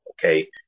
Okay